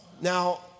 Now